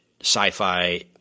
sci-fi